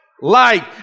Light